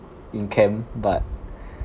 in camp but